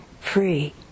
free